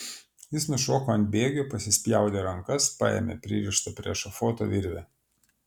jis nušoko ant bėgių pasispjaudė rankas paėmė pririštą prie ešafoto virvę